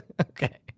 okay